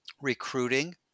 recruiting